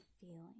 feeling